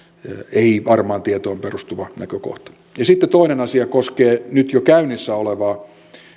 ei varmaan tietoon perustuva näkökohta toinen asia koskee nyt jo käynnissä olevaa